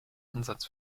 ansatz